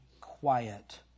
quiet